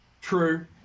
True